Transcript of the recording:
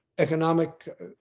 Economic